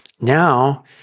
Now